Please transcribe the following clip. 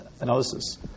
analysis